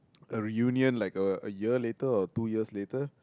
a reunion like a year later or two years later